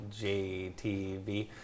JTV